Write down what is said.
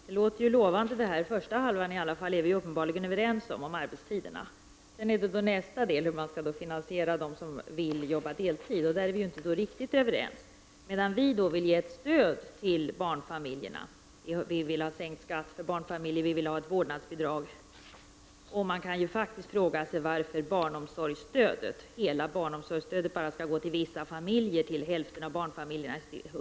Fru talman! Detta låter lovande. När det gäller den första halvan är vi uppenbarligen överens om arbetstiderna. Sedan gäller det nästa del, hur man skall finansiera dem som vill arbeta deltid. I det fallet är vi inte riktigt överens. Vi vill ge stöd til barnfamiljerna. Vi vill ha sänkt skatt för barnfamiljer och ett vårdnadsbidrag. Man kan faktiskt fråga sig varför hela barnomsorgsstödet bara skall gå till vissa familjer — till hälften av barnfamiljerna.